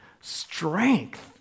Strength